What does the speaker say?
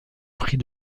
pris